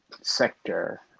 sector